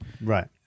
Right